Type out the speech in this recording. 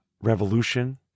revolution